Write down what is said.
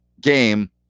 game